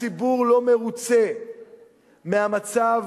הציבור לא מרוצה מהמצב